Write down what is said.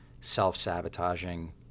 self-sabotaging